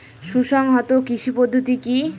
সুসংহত কৃষি পদ্ধতি কি?